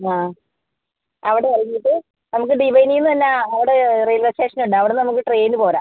ആ അവിടെ ഇറങ്ങിയിട്ട് നമുക്ക് ഡിവൈനിൽ നിന്ന് തന്നെ അവിടെ റെയിൽവേ സ്റ്റേഷൻ ഉണ്ട് അവിടുന്ന് നമുക്ക് ട്രെയിനിന് പോരാം